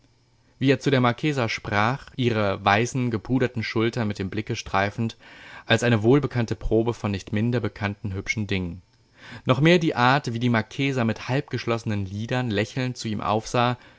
wie er zu der marchesa sprach ihre weißen gepuderten schultern mit dem blicke streifend als eine wohlbekannte probe von nicht minder bekannten hübschen dingen noch mehr die art wie die marchesa mit halbgeschlossenen lidern lächelnd zu ihm aufsah